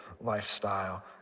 lifestyle